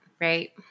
right